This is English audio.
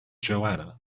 joanna